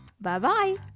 Bye-bye